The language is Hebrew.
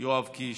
יואב קיש,